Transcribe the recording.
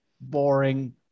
boring